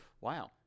Wow